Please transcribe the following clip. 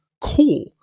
Cool